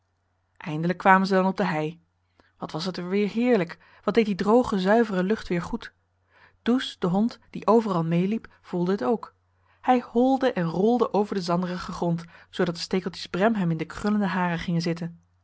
eindelijk kwamen ze dan op de hei wat was het er weer heerlijk wat deed die droge zuivere lucht weer goed does de hond die overal mee liep voelde het ook hij holde en rolde over den zanderigen grond zoodat de stekeltjes brem hem in de krullende haren gingen zitten